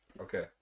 Okay